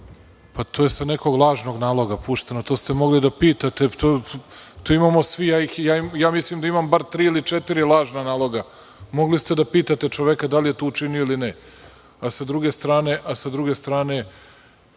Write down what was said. To je sa nekog lažnog naloga pušteno. To ste mogli da pitate. Mislim da ja imam bar tri ili četiri lažna naloga. Mogli ste da pitate čoveka da li je to učinio ili ne. S druge strane,